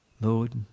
Lord